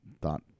thought